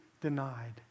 denied